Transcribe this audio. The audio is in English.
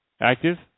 Active